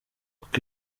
uko